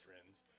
friends